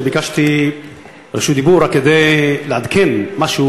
אני ביקשתי רשות דיבור רק כדי לעדכן משהו.